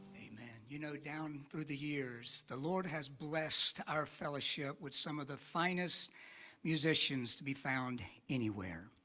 you know, down through the years the lord has blessed our fellowship with some of the finest musicians to be found anywhere.